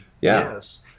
Yes